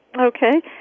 Okay